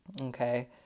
okay